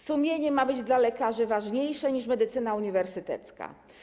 Sumienie ma być dla lekarzy ważniejsze niż medycyna uniwersytecka.